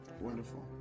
Wonderful